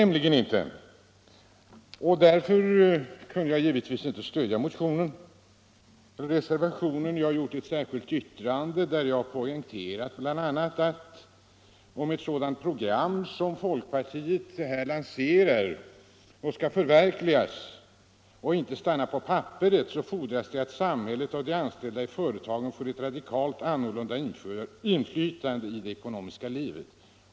Det går inte, och därför kunde jag givetvis inte stödja motionen och reservationen, utan jag har avgivit ett särskilt yttrande där jag bl.a. poängterat att om ett sådant program som folkpartiet här lanserat skall förverkligas och inte bara stanna på papperet, så fordras att samhället och de anställda i företagen får ett radikalt annorlunda inflytande i det ekonomiska livet.